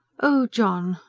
oh, john.